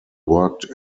worked